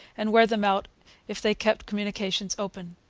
and wear them out if they kept communications open.